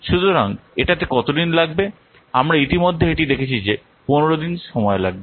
সুতরাং এটাতে কত দিন লাগবে আমরা ইতিমধ্যে এটি দেখেছি যে 15 দিন সময় লাগবে